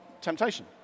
temptation